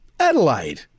Adelaide